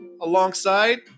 alongside